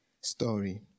story